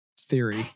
theory